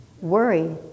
Worry